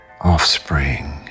Offspring